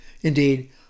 indeed